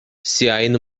siajn